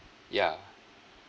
ya